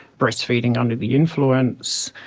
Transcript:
breastfeeding under the influence,